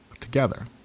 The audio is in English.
together